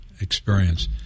experience